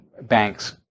banks